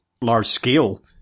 large-scale